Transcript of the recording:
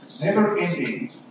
never-ending